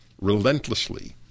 relentlessly